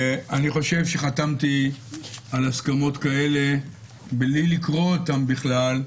אני חושב שחתמתי על הסכמות כאלה בלי לקרוא אותן בכלל,